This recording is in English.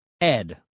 ed